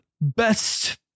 best